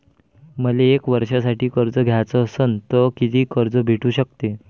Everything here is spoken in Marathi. मले एक वर्षासाठी कर्ज घ्याचं असनं त कितीक कर्ज भेटू शकते?